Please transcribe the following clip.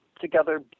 together